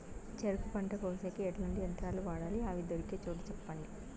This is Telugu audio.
చెరుకు పంట కోసేకి ఎట్లాంటి యంత్రాలు వాడాలి? అవి దొరికే చోటు చెప్పండి?